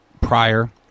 prior